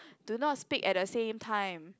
do not speak at the same time